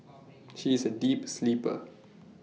she is A deep sleeper